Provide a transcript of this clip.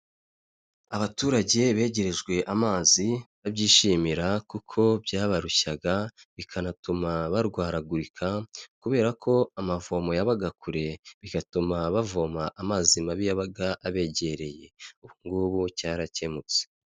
Abaturage begerejwe amazi barabyishimira kuko byabarushyaga bikanatuma barwaragurika kubera ko amavomo yabaga kure bigatuma bavoma amazi mabi yabaga abegereye, ubu ngubu cyarakemutse.